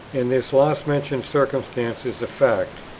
and this last-mentioned circumstance is a fact,